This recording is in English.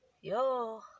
yo